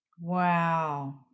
Wow